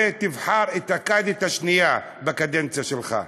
ותבחר את הקאדית השנייה בקדנציה שלך.